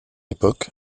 époque